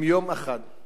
אם יום אחד,